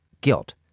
guilt